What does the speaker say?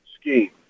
scheme